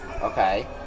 Okay